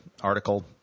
article